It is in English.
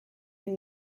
and